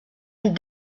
and